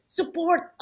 support